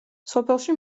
სოფელში